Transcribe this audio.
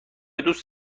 دوست